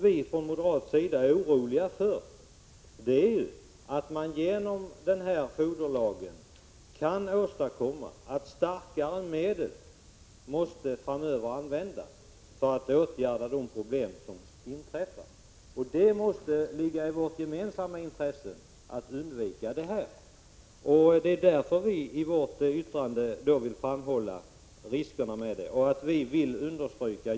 Vi moderater är oroliga för att denna foderlag kan leda till att starkare medel måste användas framöver för att åtgärda problem som uppstår. Det måste ligga i vårt gemensamma intresse att undvika detta. Det är därför som vi i vårt yttrande vill framhålla risken med denna lag.